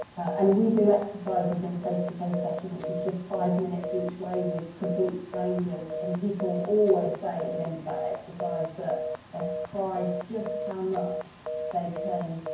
and we do exercises in face-to-face session which is just five minutes each way with complete strangers, and people always say at the end of that exercise that they're surprised just how much they can